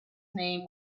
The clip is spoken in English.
name